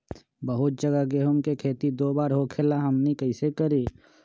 बहुत जगह गेंहू के खेती दो बार होखेला हमनी कैसे करी?